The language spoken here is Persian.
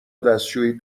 دستشویی